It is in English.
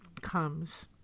comes